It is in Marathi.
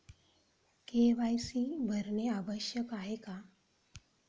के.वाय.सी भरणे आवश्यक आहे का?